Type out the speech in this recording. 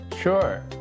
Sure